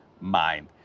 mind